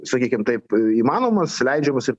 sakykim taip įmanomas leidžiamas ir